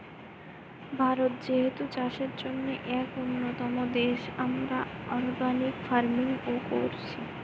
ভারত যেহেতু চাষের জন্যে এক উন্নতম দেশ, আমরা অর্গানিক ফার্মিং ও কোরছি